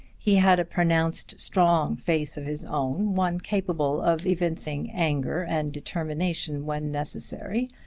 he had a pronounced strong face of his own, one capable of evincing anger and determination when necessary,